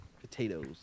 potatoes